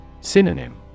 Synonym